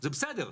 זה בסדר,